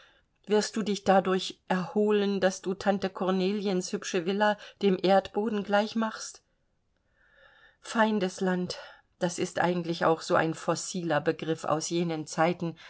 wirst du dich dadurch erholen daß du tante korneliens hübsche villa dem erdboden gleich machst feindesland das ist eigentlich auch so ein fossiler begriff aus jenen zeiten